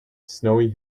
snowy